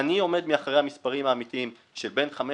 אני עומד מאחורי המספרים האמיתיים של בין 5